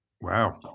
Wow